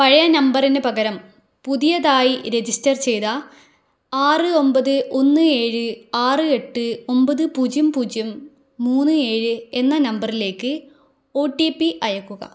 പഴയ നമ്പറിന് പകരം പുതിയതായി രജിസ്റ്റർ ചെയ്ത ആറ് ഒമ്പത് ഒന്ന് ഏഴ് ആറ് എട്ട് ഒമ്പത് പൂജ്യം പൂജ്യം മൂന്ന് ഏഴ് എന്ന നമ്പറിലേക്ക് ഒ ടി പി അയയ്ക്കുക